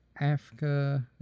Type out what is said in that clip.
Africa